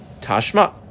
Tashma